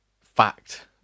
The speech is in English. fact